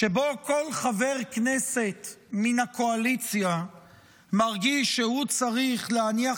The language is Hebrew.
שבו כל חבר כנסת מן הקואליציה מרגיש שהוא צריך להניח